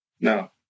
No